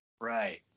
Right